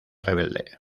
rebelde